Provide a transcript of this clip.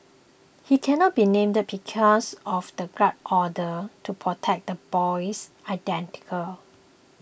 he cannot be named because of the gag order to protect the boy's identical